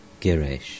Girish